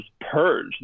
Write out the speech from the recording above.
purge